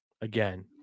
again